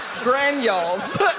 Granules